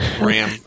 ram